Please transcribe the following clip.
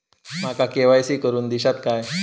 माका के.वाय.सी करून दिश्यात काय?